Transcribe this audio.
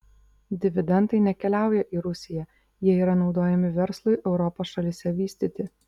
dividendai nekeliauja į rusiją jie yra naudojami verslui europos šalyse vystyti